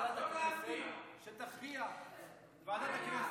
שתכריע ועדת הכנסת.